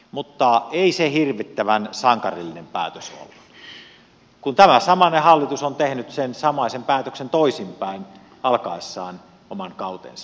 mutta ei se hirvittävän sankarillinen päätös ollut kun tämä samainen hallitus on tehnyt sen samaisen päätöksen toisinpäin alkaessaan oman kautensa